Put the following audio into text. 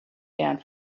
band